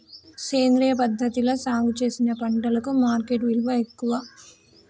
సేంద్రియ పద్ధతిలా సాగు చేసిన పంటలకు మార్కెట్ విలువ ఎక్కువ